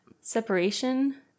separation